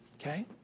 Okay